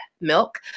milk